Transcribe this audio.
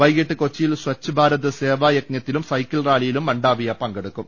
വൈകീട്ട് കൊച്ചിയിൽ സ്പ്ത്ഭാരത് സേവാ യജ്ഞത്തിലും സൈക്കിൾ റാലിയിലും മൻഡാവിയ പങ്കെ ടുക്കും